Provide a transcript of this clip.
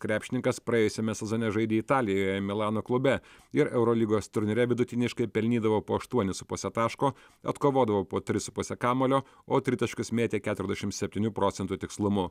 krepšininkas praėjusiame sezone žaidė italijoje milano klube ir eurolygos turnyre vidutiniškai pelnydavo po aštuonis su puse taško atkovodavo po tris su puse kamuolio o tritaškius mėtė keturdešim septynių procentų tikslumu